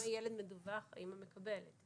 אם הילד מדווח, האימא מקבלת.